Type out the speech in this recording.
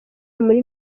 muri